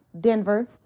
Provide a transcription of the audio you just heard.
Denver